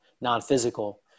non-physical